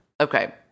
Okay